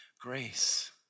grace